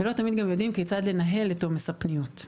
לא תמיד גם יודעים כיצד לנהל את עומס הפניות.